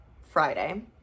friday